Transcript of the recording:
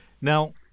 Now